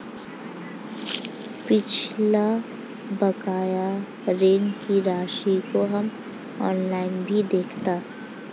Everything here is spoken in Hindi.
पिछला बकाया ऋण की राशि को हम ऑनलाइन भी देखता